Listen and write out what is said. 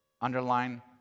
underline